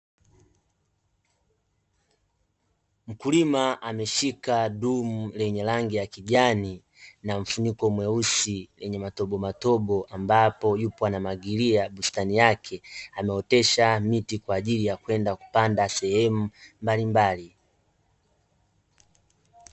Mkulima ameshika dumu lenye rangi ya kijani na mfuniko mweusi lenye matobo matobo, ambapo yupo anamwagilia bustani yake. Ameotesha miti kwa ajili ya kwenda kupanda sehemu mbalimbali.